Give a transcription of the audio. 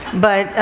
but,